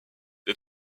des